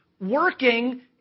working